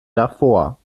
davor